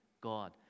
God